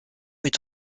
est